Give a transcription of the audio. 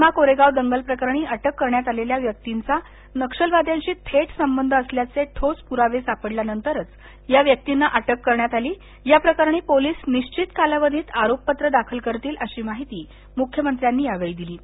भीमा कोरेगाव दंगल प्रकरणी अटक करण्यात आलेल्या व्यक्तींचा नक्षलवाद्यांशी थेट संबंध असल्याचे ठोस प्रावे सापडल्यानंतरच या व्यक्तींना अटक करण्यात आली याप्रकरणी पोलीस निश्चित कालावधीत आरोपपत्र दाखल करतील अशी माहिती मुख्य मंत्र्यांनी दिली